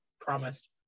promised